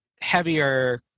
heavier